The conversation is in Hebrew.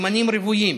שומנים רוויים.